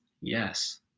Yes